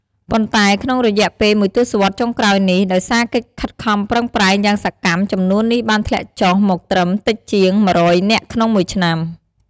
ប៉ុន្តែក្នុងរយៈពេលមួយទសវត្សរ៍ចុងក្រោយនេះ ដោយសារកិច្ចខិតខំប្រឹងប្រែងយ៉ាងសកម្ម ចំនួននេះបានធ្លាក់ចុះមកត្រឹម តិចជាង ១០០ នាក់ក្នុងមួយឆ្នាំ ។